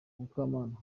mukamana